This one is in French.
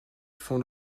font